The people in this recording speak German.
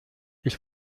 ich